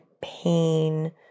pain